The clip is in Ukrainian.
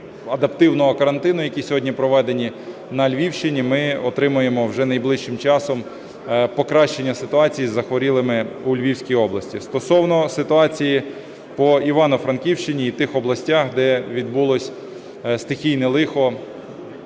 адаптивного карантину, які сьогодні проведені на Львівщині, ми отримаємо вже найближчим часом покращення ситуації з захворілими у Львівській області. Стосовно ситуації по Івано-Франківщині і тих областях, де відбулось стихійне лихо